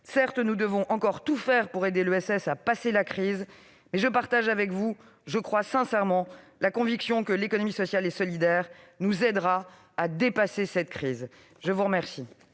Certes, nous devons encore tout faire pour aider l'ESS à passer la crise. Toutefois, je partage avec vous, sincèrement, la conviction que l'économie sociale et solidaire nous aidera à nous dépasser par la suite. Nous allons